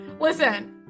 listen